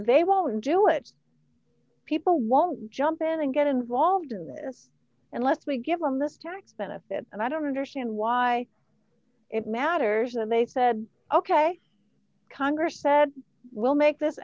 they won't do it people won't jump in and get involved in this unless we give them this tax benefit and i don't understand why it matters and they said ok congress said we'll make this